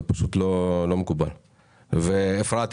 אפרת,